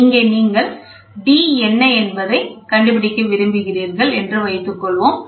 இங்கே நீங்கள் d என்ன என்பதைக் கண்டுபிடிக்க விரும்புகிறீர்கள் என்று வைத்துக்கொள்வோம்